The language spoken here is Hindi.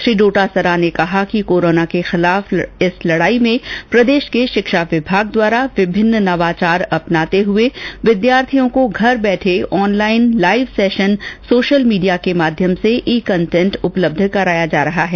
श्री डोटासरा ने कहा कि कोरोना के खिलाफ इस लड़ाई में प्रदेष के षिक्षा विभाग द्वारा विभिन्न नवाचार अपनाते हुए विद्यार्थियों को घर बैठे online live session social media के माध्यम से ई कंटेन्ट उपलब्ध कराया जा रहा है